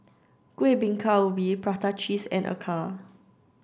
Kueh Bingka Ubi Prata Cheese and Acar